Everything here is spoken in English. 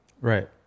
right